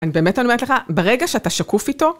אני באמת אומרת לך, ברגע שאתה שקוף איתו...